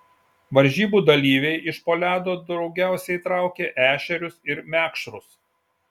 varžybų dalyviai iš po ledo daugiausiai traukė ešerius ir mekšrus